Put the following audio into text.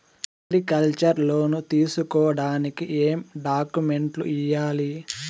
Agriculture loan తీసుకోడానికి ఏం డాక్యుమెంట్లు ఇయ్యాలి?